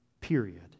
Period